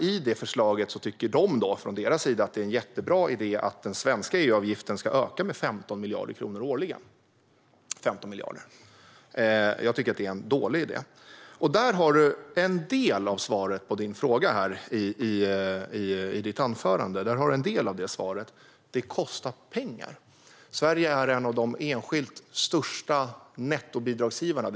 I det förslaget tycker de, från deras sida, att det är en jättebra idé att den svenska EU-avgiften ska öka med 15 miljarder kronor årligen. Jag tycker att det är en dålig idé. Där har du en del av svaret på din fråga i ditt anförande. Det kostar pengar. Sverige är en av de enskilt största nettobidragsgivarna.